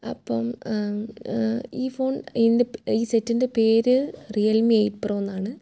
അപ്പം ഈ ഫോൺ എൻ്റെ ഈ സെറ്റിൻ്റെ പേര് റിയൽമി എയ്റ്റ് പ്രൊ എന്നാണ്